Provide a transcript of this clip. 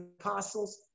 apostles